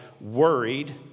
worried